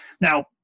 Now